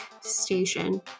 station